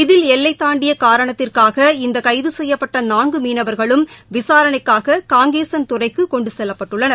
இதில் எல்லைதாண்டியகாரணத்திற்காக இந்தகைதுசெய்யப்பட்டநான்குமீனவர்களும் விசாரணைக்காககாங்கேசன் துறைக்குகொண்டுசெல்லப்பட்டுள்ளனர்